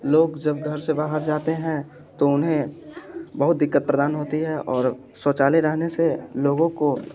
लोग जब घर से बाहर जाते हैं तो उन्हें बहुत दिक्कत प्रदान होती है और शौचालय रहने से लोगों को